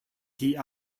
die